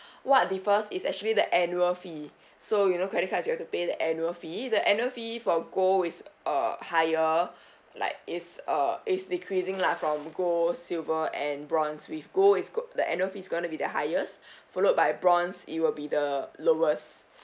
what differs is actually the annual fee so you know credit cards you have to pay the annual fee the annual fee for gold is uh higher like is uh is decreasing lah from gold silver and bronze with gold is go~ the annual fee is gonna be the highest followed by bronze it will be the lowest